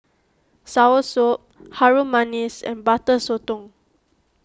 Soursop Harum Manis and Butter Sotong